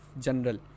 general